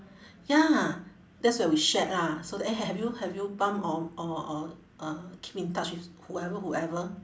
ya that's where we shared lah so that eh have you have you bump or or or uh keep in touch with whoever whoever